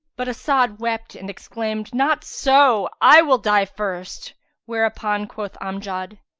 but as'ad wept and exclaimed, not so i will die first whereupon quoth amjad,